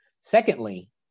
Secondly